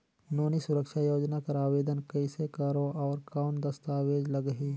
नोनी सुरक्षा योजना कर आवेदन कइसे करो? और कौन दस्तावेज लगही?